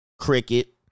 cricket